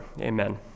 Amen